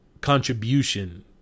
contribution